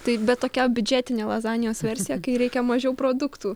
taip bet tokia biudžetinė lazanijos versija kai reikia mažiau produktų